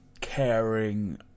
caring